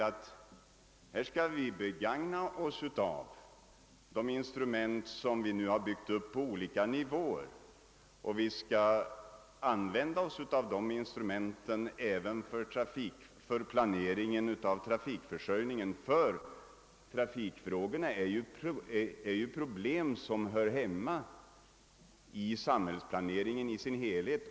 Vi bör begagna de instrument för planering som vi åstadkommit på olika nivåer, och de bör användas även för planering av trafikförsörjningen, ty trafikfrågorna är dock problem som hör hemma i samhällsplaneringen i sin helhet.